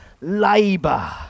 labour